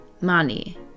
money